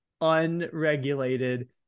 unregulated